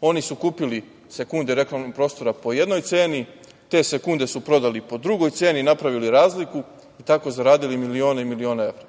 Oni su kupili sekunde reklamnog prostora po jednoj ceni, te sekunde su prodali po drugoj ceni i napravili razliku i tako zaradili milione i milione evra.